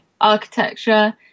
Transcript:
architecture